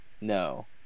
No